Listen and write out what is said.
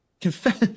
confess